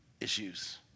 Issues